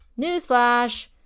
Newsflash